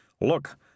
Look